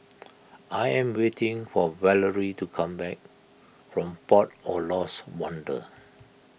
I am waiting for Valery to come back from Port of Lost Wonder